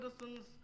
citizens